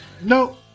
No